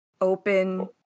open